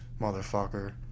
Motherfucker